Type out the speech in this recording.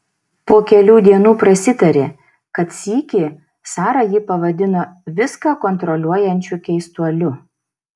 po kelių dienų prasitarė kad sykį sara jį pavadino viską kontroliuojančiu keistuoliu